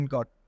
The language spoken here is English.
God